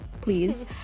please